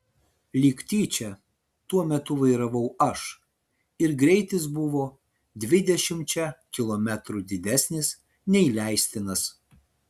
lyg tyčia tuo metu vairavau aš ir greitis buvo dvidešimčia kilometrų didesnis nei leistinas